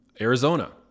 Arizona